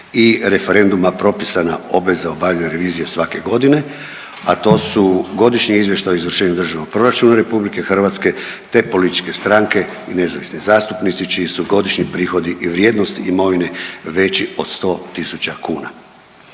i referenduma propisana obveza obavljanja revizije svake godine, a to su Godišnji izvještaj o izvršenju Državnog proračuna RH te političke stranke i nezavisni zastupnici čiji su godišnji prihodi i vrijednosti imovine veći od 100.000 kuna.